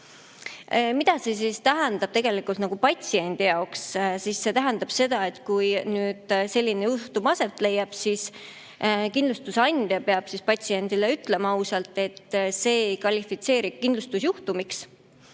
Mida see tähendab tegelikult patsiendi jaoks? See tähendab seda, et kui selline juhtum aset leiab, siis kindlustusandja peab patsiendile ausalt ütlema, et see ei kvalifitseeru kindlustusjuhtumiks,